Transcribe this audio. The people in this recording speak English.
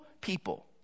people